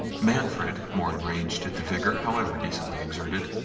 manfred, more enraged at the vigour, however decently exerted,